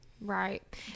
right